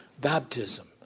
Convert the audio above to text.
Baptism